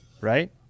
Right